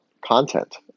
content